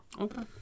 okay